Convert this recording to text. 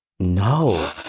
no